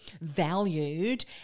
valued